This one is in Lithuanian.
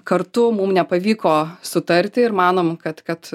kartu mum nepavyko sutarti ir manom kad kad